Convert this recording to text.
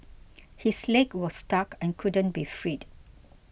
his leg was stuck and couldn't be freed